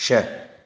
छह